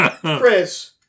Chris